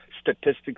statistics